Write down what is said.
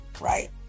right